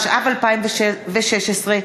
התשע"ו 2016,